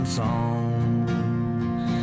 songs